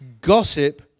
gossip